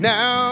Now